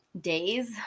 days